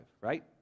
right